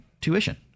tuition